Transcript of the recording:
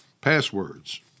passwords